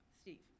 Steve